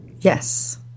Yes